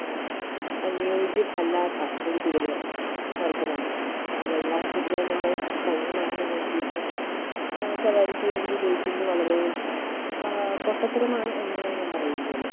അനുയോജ്യം അല്ലാത്ത ഒരു കുതിര വർഗമാണ് വെള്ള കുതിര നമ്മൾ ഭംഗി മാത്രം നോക്കിയിട്ട് സവാരിക്ക് വേണ്ടി ഉപയോഗിക്കുന്നു വളരേ പൊട്ടത്തരമാണ് എന്നേ ഞാൻ പറയുകയുള്ളൂ